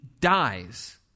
dies